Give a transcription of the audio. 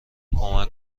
کمک